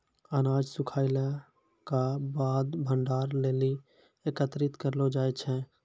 अनाज सूखैला क बाद भंडारण लेलि एकत्रित करलो जाय छै?